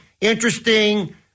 interesting